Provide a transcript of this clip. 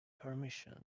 permission